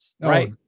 right